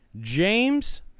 James